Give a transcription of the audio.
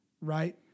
Right